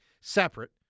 separate